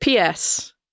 PS